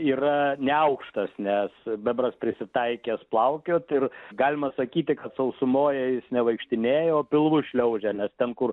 yra neaukštas nes bebras prisitaikęs plaukiot ir galima sakyti kad sausumoje jis nevaikštinėja o pilvu šliaužia ne ten kur